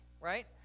Right